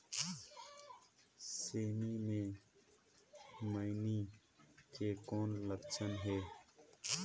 सेमी मे मईनी के कौन लक्षण हे?